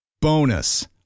Bonus